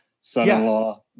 son-in-law